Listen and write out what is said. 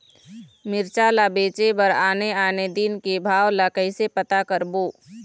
मिरचा ला बेचे बर आने आने दिन के भाव ला कइसे पता करबो?